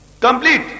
Complete